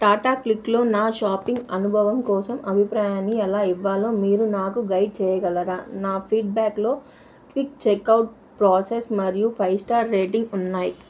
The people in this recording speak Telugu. టాటా క్లిక్లో నా షాపింగ్ అనుభవం కోసం అభిప్రాయాన్ని ఎలా ఇవ్వాలో మీరు నాకు గైడ్ చేయగలరా నా ఫీడ్బ్యాక్లో క్విక్ చెక్ఔట్ ప్రాసెస్ మరియు ఫైవ్ స్టార్ రేటింగ్ ఉన్నాయి